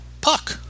Puck